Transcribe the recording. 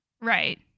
Right